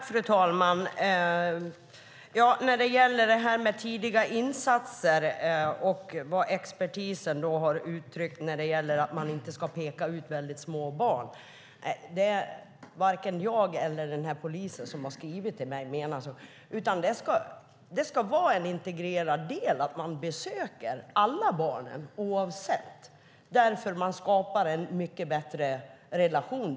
Fru talman! När det gäller tidiga insatser har expertisen uttryckt att man inte ska peka ut väldigt små barn. Varken jag eller polisen som har skrivit till mig menar något annat. Det ska vara en integrerad del att man besöker alla barn oavsett ålder, därför att man då skapar en mycket bättre relation.